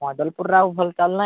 ବାଦଲପୁରରେ ଆଉ ଭଲ ଚାଲୁନାହିଁ